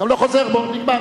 לא חוזר בי.